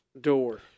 door